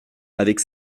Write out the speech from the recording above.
avec